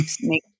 make